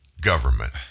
government